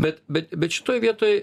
bet bet bet šitoj vietoj